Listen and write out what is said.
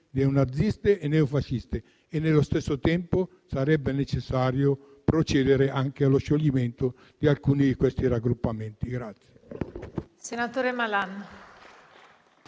neonaziste e neofasciste e, nello stesso tempo, sarebbe necessario procedere anche allo scioglimento di alcuni raggruppamenti.